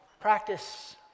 practice